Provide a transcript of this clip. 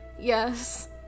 Yes